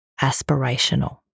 aspirational